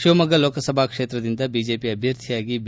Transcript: ಶಿವಮೊಗ್ಗ ಲೋಕಸಭಾ ಕ್ಷೇತ್ರದಿಂದ ಬಿಜೆಪಿ ಅಭ್ಯರ್ಥಿಯಾಗಿ ಬಿ